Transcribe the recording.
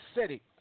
City